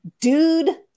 dude